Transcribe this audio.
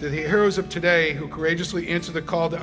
the heroes of today who courageously into the call t